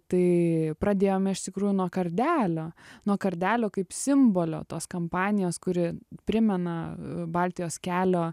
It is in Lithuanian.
tai pradėjome iš tikrųjų nuo kardelio nuo kardelio kaip simbolio tos kampanijos kuri primena baltijos kelio